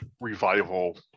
revival